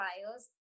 trials